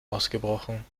ausgebrochen